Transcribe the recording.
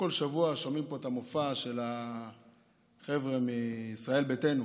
שבוע שומעים פה את המצע של החבר'ה מישראל ביתנו,